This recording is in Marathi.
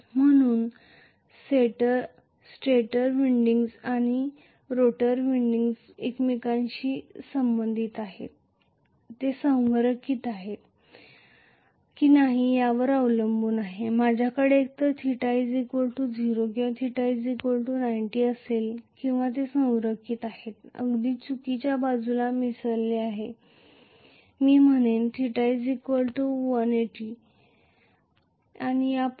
म्हणून स्टेटर विंडिंग्ज आणि रोटर विंडिंग्ज एकमेकांशी संरेखित आहेत की नाही यावर अवलंबून आहे माझ्याकडे एकतर θ 0 किंवा θ 90 असेल किंवा ते संरेखित आहेत अगदी चुकीच्या बाजूला मिसळले आहे मी म्हणेन θ 180 आणि पुढे